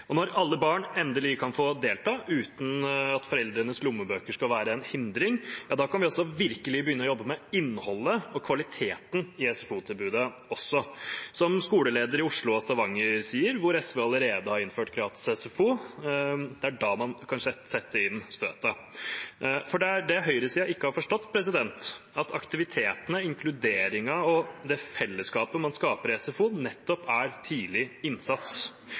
Og når alle barn endelig kan få delta, uten at foreldrenes lommebok skal være en hindring, kan vi virkelig begynne å jobbe med innholdet og kvaliteten i SFO-tilbudet. Som skoleledere i Oslo og Stavanger sier, der SV allerede har innført gratis SFO: Det er da man kan sette inn støtet. For det er det høyresiden ikke har forstått, at aktivitetene, inkluderingen og det fellesskapet man skaper i SFO, nettopp er tidlig innsats.